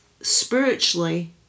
spiritually